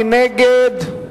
מי נגד?